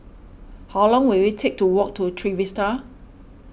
how long will it take to walk to Trevista